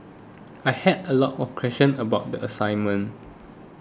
I had a lot of questions about the assignment